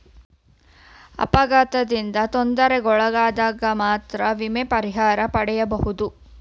ಅಪಘಾತದಿಂದ ತೊಂದರೆಗೊಳಗಾದಗ ಮಾತ್ರ ವಿಮೆಯ ಪರಿಹಾರ ಪಡೆಯಬಹುದು